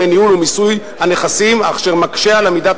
דמי ניהול ומיסוי הנכסים אשר מקשה על אמידת